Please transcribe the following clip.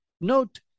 Note